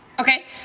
okay